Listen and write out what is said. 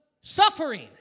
suffering